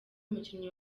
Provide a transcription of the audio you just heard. umukinnyi